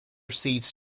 seats